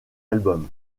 album